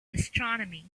astronomy